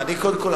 קודם כול,